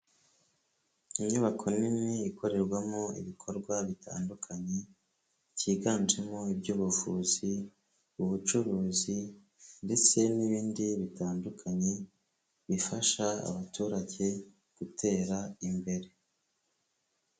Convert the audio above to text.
Inyubako nini ikorerwamo ibikorwa bitandukanye byiganjemo iby' ubuvuzi ubucuruzi ndetse n'ibindi bitandukanye bifasha abaturage gutera imbere.